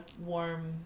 warm